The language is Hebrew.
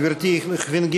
גברתי, לחלופין (ג)